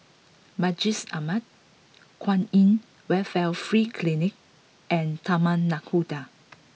Masjid Ahmad Kwan In Welfare Free Clinic and Taman Nakhoda